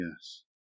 Yes